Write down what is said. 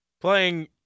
playing